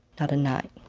not a night